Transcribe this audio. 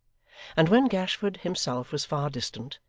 and when gashford himself was far distant,